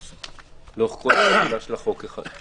עצמנו לאורך כל החקיקה של בחוק הזה.